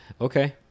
Okay